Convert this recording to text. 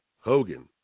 Hogan